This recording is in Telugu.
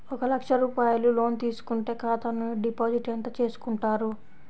ఒక లక్ష రూపాయలు లోన్ తీసుకుంటే ఖాతా నుండి డిపాజిట్ ఎంత చేసుకుంటారు?